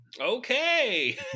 okay